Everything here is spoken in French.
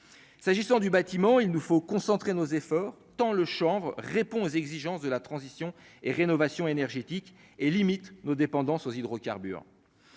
s'agissant du bâtiment, il nous faut concentrer nos efforts tant le chanvre répond aux exigences de la transition et rénovation énergétique et limite nos dépendance aux hydrocarbures